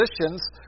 positions